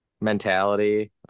mentality